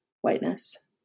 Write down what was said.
whiteness